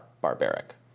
barbaric